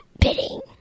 bidding